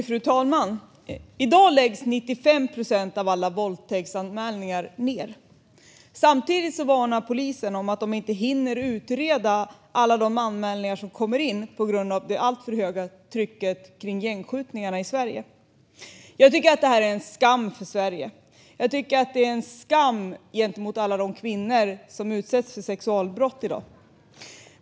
Fru talman! I dag läggs 95 procent av alla våldtäktsanmälningar ned. Samtidigt varnar polisen om att de inte hinner utreda alla de anmälningar som kommer in på grund av det alltför höga trycket till följd av gängskjutningarna i Sverige. Jag tycker att det här är en skam för Sverige. Jag tycker att det är en skam gentemot alla de kvinnor som utsätts för sexualbrott i dag.